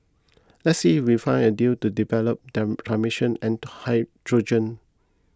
let's see if we find a deal to develop transmissions and hydrogen